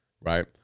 Right